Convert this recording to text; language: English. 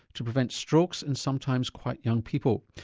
to prevent strokes in sometimes quite young people.